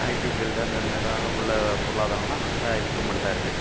IT field அந்த இது மாதிரி எல்லாம் உள்ள பொருளாதாரமெல்லாம் நல்ல இம்ப்ரூமெண்ட்டாக இருக்கு